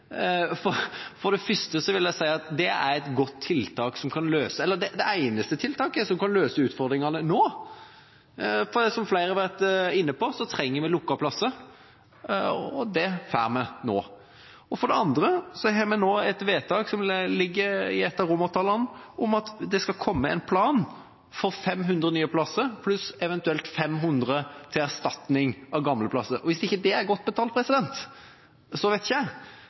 For det første vil jeg si at det et godt tiltak, eller det eneste tiltaket, som kan løse utfordringene nå. Som flere har vært inne på, trenger vi lukkede plasser. Det får vi nå. For det andre får vi nå et romertallsvedtak om at det skal komme en plan for 500 nye plasser pluss eventuelt 500 til erstatning for gamle plasser. Og hvis ikke det er godt betalt, så vet ikke